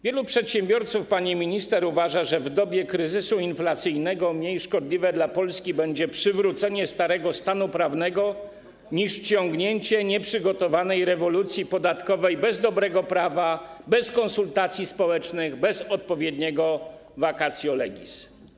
Wielu przedsiębiorców, pani minister, uważa, że w dobie kryzysu inflacyjnego mniej szkodliwe dla Polski będzie przywrócenie starego stanu prawnego niż ciągnięcie nieprzygotowanej rewolucji podatkowej bez dobrego prawa, bez konsultacji społecznych, bez odpowiedniego vacatio legis.